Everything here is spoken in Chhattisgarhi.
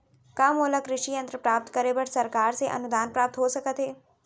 का मोला कृषि यंत्र प्राप्त करे बर सरकार से अनुदान प्राप्त हो सकत हे?